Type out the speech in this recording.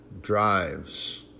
drives